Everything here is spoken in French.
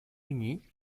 uni